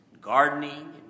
gardening